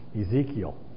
Ezekiel